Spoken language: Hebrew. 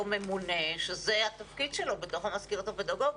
ממונה שזה התפקיד שלו בתוך המזכירות הפדגוגית.